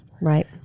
Right